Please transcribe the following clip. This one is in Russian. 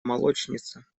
молочница